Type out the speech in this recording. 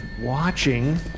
watching